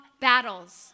battles